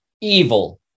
evil